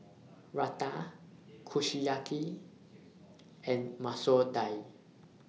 Raita Kushiyaki and Masoor Dal